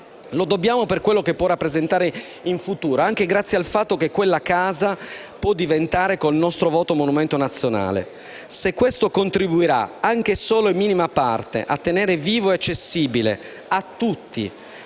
e per quello che può rappresentare in futuro, anche grazie al fatto che quella casa può diventare, con il nostro voto, monumento nazionale. Se questo contribuirà anche solo in minima parte a tenere sempre vivo e accessibile a tutti